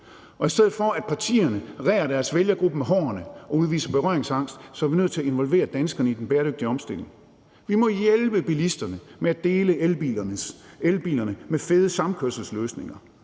i stedet for at partierne reder deres vælgergrupper med hårene og udviser berøringsangst, er vi nødt til at involvere danskerne i den bæredygtige omstilling. Vi må hjælpe bilisterne med at dele elbilerne med fede samkørselsløsninger,